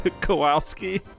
Kowalski